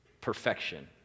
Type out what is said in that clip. perfection